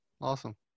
Awesome